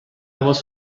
was